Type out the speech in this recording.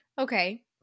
okay